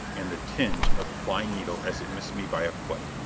and the ting of the flying needle as it missed me by a foot.